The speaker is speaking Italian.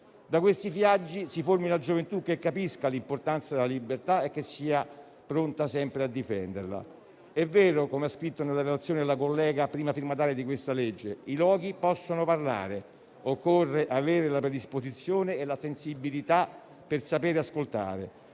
Da questi viaggi si formi la gioventù che capisca l'importanza della libertà e sia pronta sempre a difenderla. È vero, come ha scritto nella relazione la collega prima firmataria di questa legge: i luoghi possono parlare. Occorre avere la predisposizione e la sensibilità per sapere ascoltare.